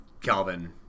Calvin